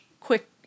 Quick